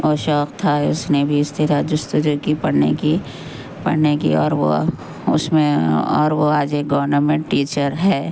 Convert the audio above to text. اور شوق تھا اس نے بھی اس طرح جستجو کی پڑھنے کی پڑھنے کی اور وہ اس میں اور وہ آج ایک گورنمنٹ ٹیچر ہے